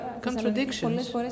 contradictions